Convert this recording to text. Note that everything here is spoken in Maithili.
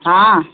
हँ